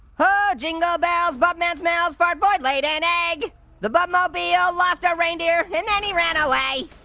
oh, jingle bells buttman smells fartboy laid an egg the buttmobile lost a reindeer and then he ran away